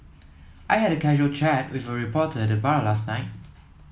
I had a casual chat with a reporter at the bar last night